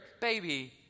baby